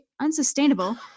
unsustainable